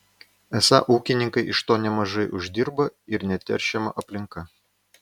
esą ūkininkai iš to nemažai uždirba ir neteršiama aplinka